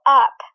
up